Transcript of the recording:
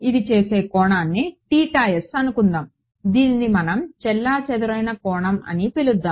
ఇది చేసే కోణాన్ని అనుకుందాము దీనిని మనం చెల్లాచెదురైన కోణం అని పిలుద్దాం